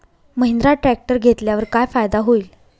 Mahindra tractor घेतल्यावर काय फायदा होईल?